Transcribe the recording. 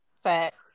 Facts